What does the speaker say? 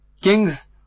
kings